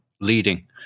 leading